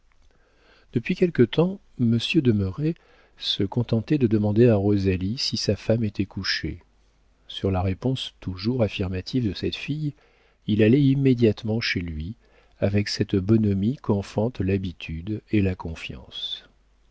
depuis quelque temps monsieur de merret se contentait de demander à rosalie si sa femme était couchée sur la réponse toujours affirmative de cette fille il allait immédiatement chez lui avec cette bonhomie qu'enfantent l'habitude et la confiance